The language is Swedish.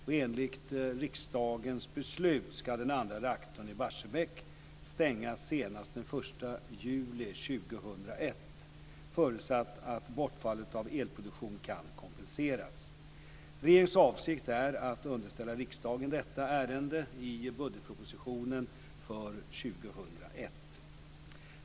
Enligt riksdagens beslut ska den andra reaktorn i Barsebäck stängas senast den 1 juli 2001, förutsatt att bortfallet av elproduktion kan kompenseras. Regeringens avsikt är att underställa riksdagen detta ärende i budgetpropositionen för 2001.